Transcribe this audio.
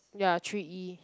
ya three E